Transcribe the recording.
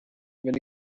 when